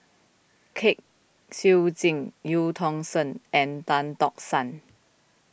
Kwek Siew Jin Eu Tong Sen and Tan Tock San